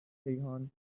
کیهان